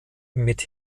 mit